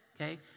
Okay